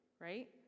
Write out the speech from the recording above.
right